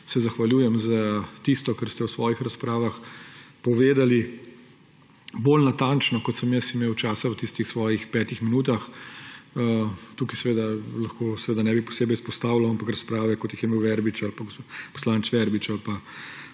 se zahvaljujem za tisto, kar ste v svojih razpravah povedali bolj natančno, kot sem jaz imel časa v tistih svojih petih minutah. Tukaj seveda ne bi posebej izpostavljal, ampak razprave, kot so jih poslanec Verbič